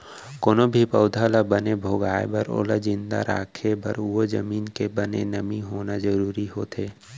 कोनो भी पउधा ल बने भोगाय बर ओला जिंदा राखे बर ओ जमीन के बने नमी होना जरूरी होथे